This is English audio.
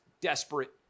desperate